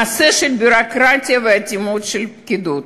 מעשה של ביורוקרטיה ואטימות של הפקידות.